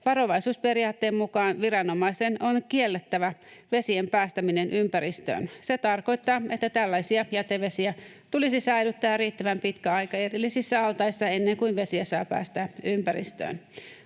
varovaisuusperiaatteen mukaan viranomaisen on kiellettävä vesien päästäminen ympäristöön. Se tarkoittaa, että tällaisia jätevesiä tulisi säilyttää riittävän pitkä aika erillisissä altaissa, ennen kuin vesiä saa päästää ympäristöön.